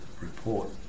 report